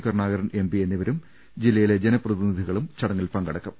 ക രുണാകരൻ എംപി എന്നിവരും ജില്ലയിലെ ജനപ്രതിനിധികളും ചട ങ്ങിൽ പങ്കെടുക്കും